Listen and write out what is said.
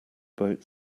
boat